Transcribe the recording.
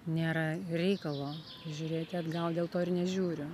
nėra reikalo žiūrėti atgal dėl to ir nežiūriu